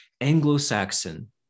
Anglo-Saxon